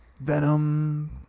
Venom